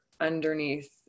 underneath